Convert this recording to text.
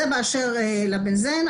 זה באשר ל-בנזן.